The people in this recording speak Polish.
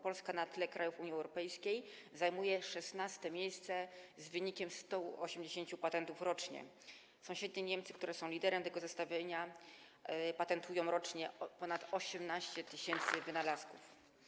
Polska na tle krajów Unii Europejskiej zajmuje 16 miejsce z wynikiem 180 patentów rocznie, sąsiednie Niemcy, które są liderem tego zestawienia, patentują rocznie ponad 18 tys. wynalazków.